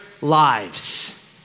lives